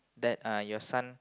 that uh your son